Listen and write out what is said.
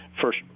first